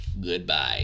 Goodbye